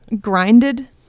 grinded